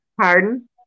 Pardon